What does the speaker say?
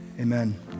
Amen